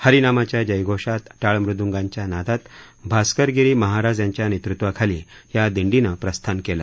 हरी नामाच्या जयघोषात टाळ मृदंगाच्या नादात भास्करगिरी महाराज यांच्या नेतृत्वाखाली ह्या दिंडीने प्रस्थान केलं